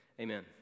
Amen